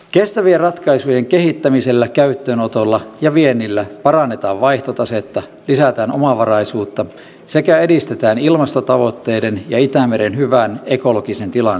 kestävien ratkaisujen kehittämisellä käyttöönotolla ja viennillä parannetaan vaihtotasetta lisätään omavaraisuutta sekä edistetään ilmastotavoitteiden ja itämeren hyvän ekologisen tilan saavuttamista